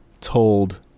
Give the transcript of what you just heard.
told